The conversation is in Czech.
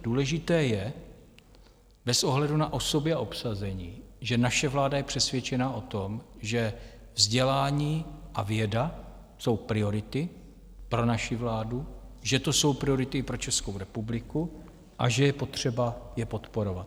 Důležité je bez ohledu na osoby a obsazení, že naše vláda je přesvědčena o tom, že vzdělání a věda jsou priority pro naši vládu, že to jsou priority pro Českou republiku a že je potřeba je podporovat.